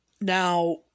Now